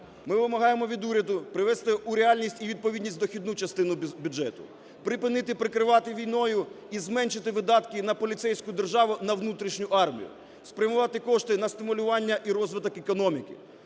Ми вимагаємо від уряду привести у реальність і відповідність дохідну частину бюджету, припинити прикривати війною і зменшити видатки на поліцейську державу на внутрішню армію. Спрямувати кошти на стимулювання і розвиток економіки,